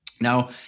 Now